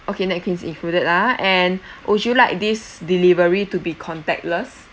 okay napkins included ah and would you like this delivery to be contactless